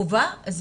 זה חובה?